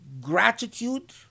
Gratitude